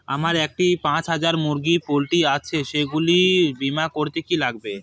আমার একটি পাঁচ হাজার মুরগির পোলট্রি আছে সেগুলি বীমা করতে কি লাগবে?